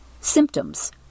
Symptoms